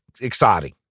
exciting